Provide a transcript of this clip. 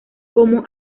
como